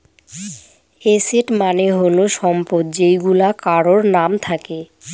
asset মানে হল সম্পদ যেইগুলা কারোর নাম থাকে